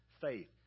faith